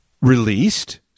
released